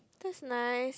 that's nice